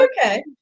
okay